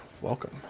welcome